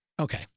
Okay